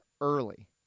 early